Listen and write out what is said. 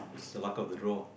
it's a luck of the draw